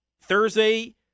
Thursday